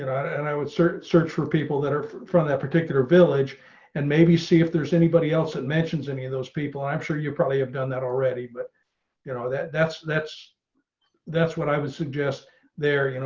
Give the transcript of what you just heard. and i would search, search for people that are from that particular village and maybe see if there's anybody else that mentions any of those people. i'm sure you probably have done that already. but mark arslan you know that that's that's that's what i would suggest there, you know